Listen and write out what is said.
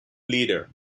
leader